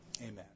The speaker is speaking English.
Amen